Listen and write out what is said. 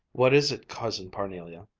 what is it, cousin parnelia?